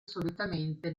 solitamente